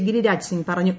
ഗിരിരാജ് സിങ് പറഞ്ഞു